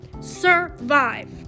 survive